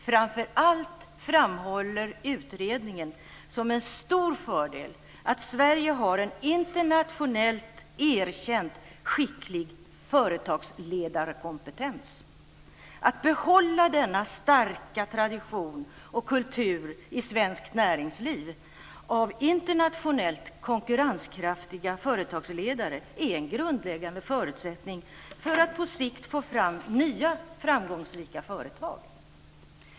Framför allt framhåller utredningen som en stor fördel att Sverige har en internationellt erkänt skicklig företagsledarkompetens. Att behålla denna starka tradition och kultur i svenskt näringsliv av internationellt konkurrenskraftiga företagsledare är en grundläggande förutsättning för att på sikt få fram nya framgångsrika företag.